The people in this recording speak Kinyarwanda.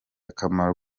akamaro